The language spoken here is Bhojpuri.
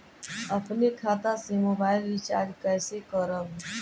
अपने खाता से मोबाइल रिचार्ज कैसे करब?